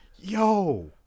yo